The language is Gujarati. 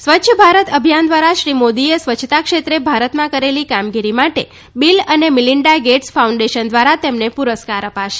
સ્વચ્છ ભારત અભિયાન દ્વારા શ્રી મોદીએ સ્વચ્છતા ક્ષેત્રે ભારતમાં કરેલી કામગીરી માટે બિલ અને મિલિન્ડા ગેટ્સ ફાઉન્ડેશન દ્વારા તેમને પુરસ્કાર અપાશે